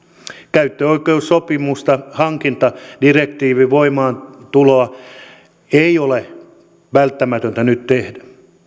käyttöoikeussopimusta hankintadirektiivin voimaantuloa ei ole välttämätöntä nyt tehdä